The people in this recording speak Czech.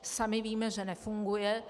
Sami víme, že nefunguje.